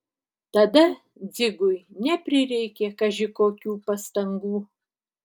tada dzigui neprireikė kaži kokių pastangų